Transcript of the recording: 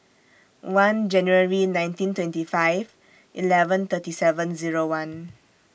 one January nineteen twenty five eleven thirty seven Zero one